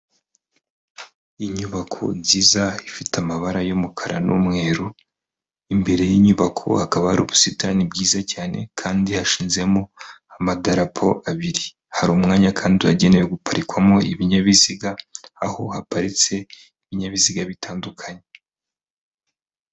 Inyubako nziza ifite amabara y'umukara n'umweru, imbere y'inyubako hakaba hari ubusitani bwiza cyane kandi hashizemo amadapo abiri, hari umwanya kandi wagenewe guparikwamo ibinyabiziga aho haparitse ibinyabiziga bitandukanye.